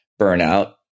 burnout